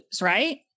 right